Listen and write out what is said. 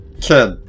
kid